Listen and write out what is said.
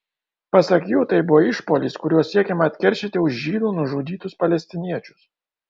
pasak jų tai buvo išpuolis kuriuo siekiama atkeršyti už žydų nužudytus palestiniečius